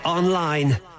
Online